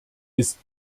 ist